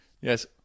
yes